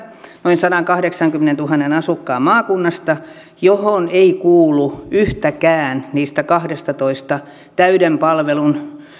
noin sataankahdeksaankymmeneentuhanteen asukkaan maakunnasta johon ei kuulu yhtäkään niistä kahdestatoista täyden palvelun